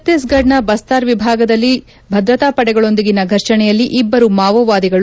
ಛತ್ತೀಸ್ಫಡ್ನ ಬಸ್ತಾರ್ ವಿಭಾಗದಲ್ಲಿ ಭದ್ರತಾಪಡೆಗಳೊಂದಿಗಿನ ಫರ್ಷಣೆಯಲ್ಲಿ ಇಬ್ಲರು ಮಾವೋವಾದಿಗಳು ಹತ